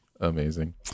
Amazing